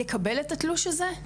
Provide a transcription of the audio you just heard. יקבל את התלוש הזה?